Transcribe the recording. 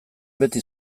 beti